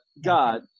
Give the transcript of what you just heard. god